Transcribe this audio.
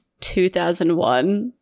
2001